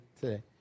today